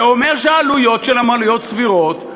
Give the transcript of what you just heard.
זה אומר שהעלויות הן עלויות סבירות.